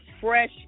fresh